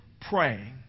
praying